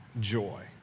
joy